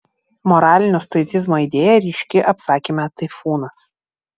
moralinio stoicizmo idėja ryški apsakyme taifūnas